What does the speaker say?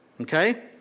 Okay